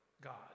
god